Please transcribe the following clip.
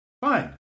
fine